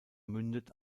mündet